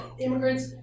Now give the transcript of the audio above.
immigrants